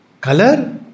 Color